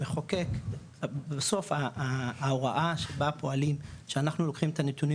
המחוקק בסוף ההוראה שבה פועלים שאנחנו לוקחים את הנתונים